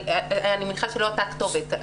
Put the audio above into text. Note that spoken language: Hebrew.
אני מניחה שלא הייתה כתובת,